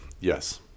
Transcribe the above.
Yes